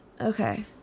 Okay